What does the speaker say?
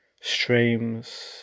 streams